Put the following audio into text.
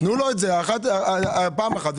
תנו לו את זה פעם אחת.